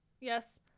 yes